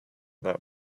that